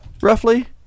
roughly